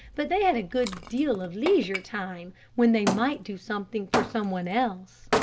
but they had a good deal of leisure time when they might do something for some one else.